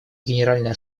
генеральная